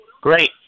Great